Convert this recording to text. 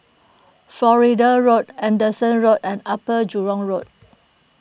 Florida Road Anderson Road and Upper Jurong Road